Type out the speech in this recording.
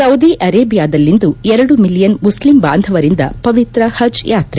Saudi ಅರೇಬಿಯಾದಲ್ಲಿಂದು ಎರಡು million ಮುಸ್ಲಿಂ ಬಾಂಧವರಿಂದ ಪವಿತ್ರ ಪಜ್ ಯಾತ್ರೆ